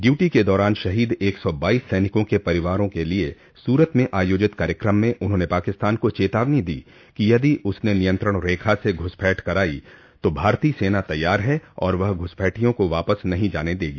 duty के दौरान शहीद एक सौ बाइस सैनिकों के परिवार के लिए सूरत में आयोजित कार्यक्रम में उन्होंने पाकिस्तान को चेतावनी दी कि यदि उसने नियंत्रण रेखा से घुसपैठ कराई तो भारतीय सेना तैयार है और वह घुसपैठियों को वापस नहीं जाने देगी